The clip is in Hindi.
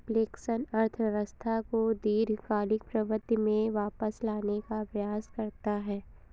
रिफ्लेक्शन अर्थव्यवस्था को दीर्घकालिक प्रवृत्ति में वापस लाने का प्रयास करता है